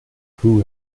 crew